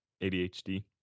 ADHD